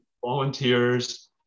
volunteers